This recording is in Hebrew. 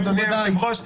אדוני היושב-ראש,